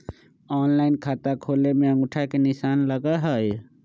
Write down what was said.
Online खाता खोले में अंगूठा के निशान लगहई?